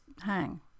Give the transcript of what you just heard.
hang